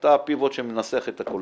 אתה הפיבוט שמנסח את הכול.